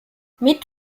mit